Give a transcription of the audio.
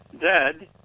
dead